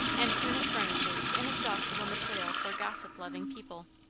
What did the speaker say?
and soon it furnishes inexhaustible material for gossip-loving people.